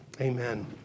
amen